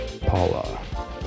Paula